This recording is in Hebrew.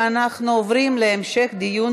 הנושא עובר להמשך הדיון